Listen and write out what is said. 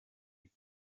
been